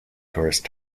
tourist